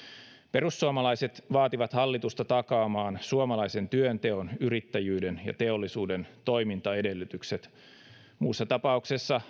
perussuomalaiset vaativat hallitusta takaamaan suomalaisen työnteon yrittäjyyden ja teollisuuden toimintaedellytykset muussa tapauksessa